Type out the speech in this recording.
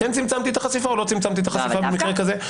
צמצמתי את החשיפה או לא צמצמתי את החשיפה במקרה כזה?